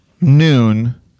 noon